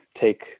take